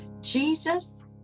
jesus